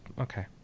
Okay